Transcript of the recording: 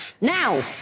Now